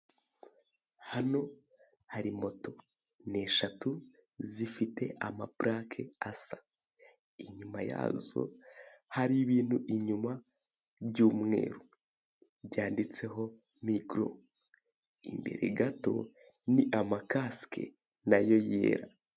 Hano hari moto. Ni eshatu, zifite amapurake asa. Inyuma yazo, hari ibintu inyuma, by'umweru. Byanditseho Migoro. Imbere gato, ni amakasike, na yo yera,